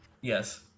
Yes